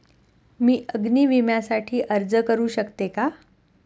मी अग्नी विम्यासाठी अर्ज करू शकते का?